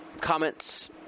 comments